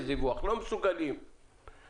לא מסוגלים לרכז את הדיווח,